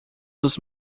dos